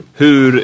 hur